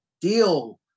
deal